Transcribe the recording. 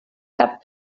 cap